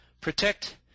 protect